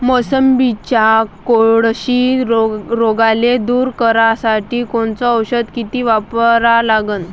मोसंबीवरच्या कोळशी रोगाले दूर करासाठी कोनचं औषध किती वापरा लागन?